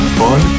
fun